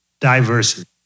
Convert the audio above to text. Diversity